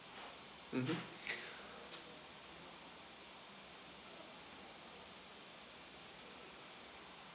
mmhmm